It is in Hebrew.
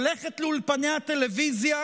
הולכת לאולפני הטלוויזיה